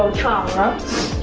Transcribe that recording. chocolates